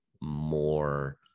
more